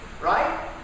right